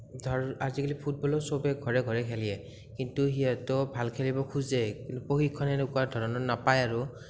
ধৰ আজিকালি ফুটবলো সবেই ঘৰে ঘৰে খেলিয়ে কিন্তু সিহঁতেও ভাল খেলিব খুজে কিন্তু প্ৰশিক্ষণ সেনেকুৱা ধৰণৰ নাপায় আৰু